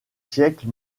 siècle